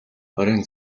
оройн